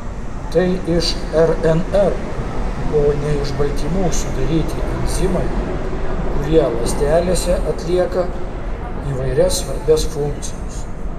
tai iš rnr o ne iš baltymų sudaryti enzimai kurie ląstelėse atlieka įvairias svarbias funkcijas